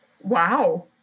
Wow